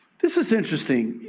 this is interesting,